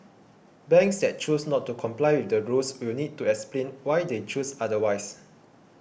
banks that choose not to comply with the rules will need to explain why they chose otherwise